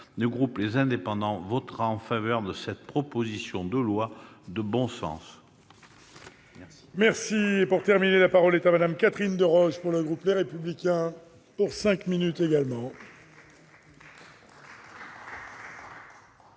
le groupe Les Indépendants votera en faveur de cette proposition de loi de bon sens. La